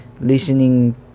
listening